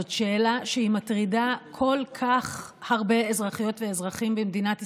זאת שאלה שהיא מטרידה כל כך הרבה אזרחיות ואזרחים במדינת ישראל.